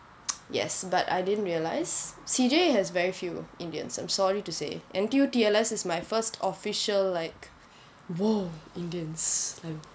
yes but I didn't realise C_J has very few indians I'm sorry to say N_T_U T_L_S is my first official like !whoa! indians like